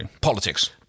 politics